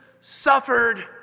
suffered